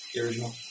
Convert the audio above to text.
Original